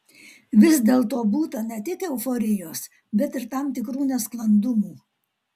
vis dėlto būta ne tik euforijos bet ir tam tikrų nesklandumų